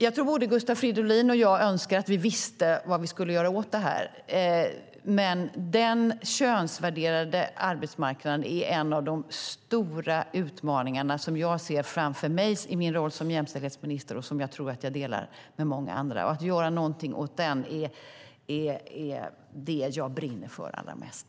Jag tror att både Gustav Fridolin och jag önskar att vi visste vad vi skulle göra åt detta. Men den könsvärderade arbetsmarknaden är en av de stora utmaningar som jag ser framför mig i min roll som jämställdhetsminister, och jag tror att jag delar den med många andra. Att göra något åt den är det jag brinner för allra mest.